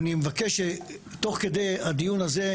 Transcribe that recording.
תוך כדי הדיון הזה,